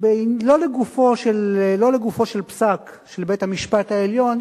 לא לגופו של פסק של בית-המשפט העליון,